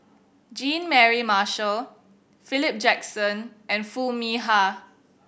Jean Mary Marshall Philip Jackson and Foo Mee Har